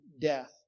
death